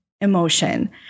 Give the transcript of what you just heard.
emotion